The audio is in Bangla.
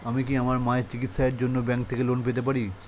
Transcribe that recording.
আমি কি আমার মায়ের চিকিত্সায়ের জন্য ব্যঙ্ক থেকে লোন পেতে পারি?